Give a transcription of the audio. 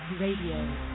Radio